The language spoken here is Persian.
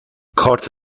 کارت